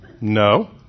No